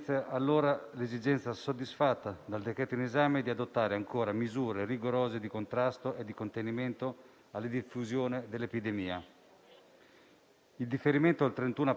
Il differimento al 31 aprile 2021 del termine dell'adozione di misure straordinarie ai fini del contenimento della diffusione della Covid-19 e della riduzione del rischio di contagio